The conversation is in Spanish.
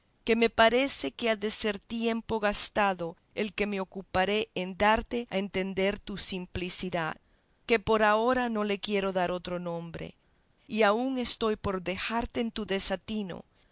que me parece que ha de ser tiempo gastado el que ocupare en darte a entender tu simplicidad que por ahora no le quiero dar otro nombre y aun estoy por dejarte en tu desatino